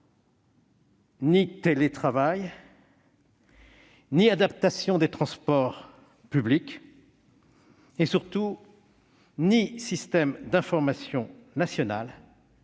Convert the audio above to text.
ni télétravail, ni adaptation des transports publics et, surtout, aucun système d'information nationale